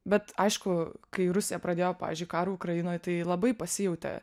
bet aišku kai rusija pradėjo pavyzdžiui karą ukrainoj tai labai pasijautė